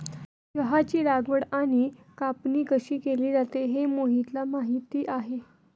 चहाची लागवड आणि कापणी कशी केली जाते हे मोहितला माहित आहे